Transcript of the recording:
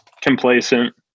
complacent